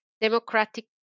democratic